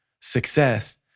success